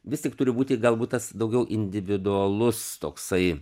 vis tik turi būti galbūt tas daugiau individualus toksai